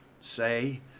say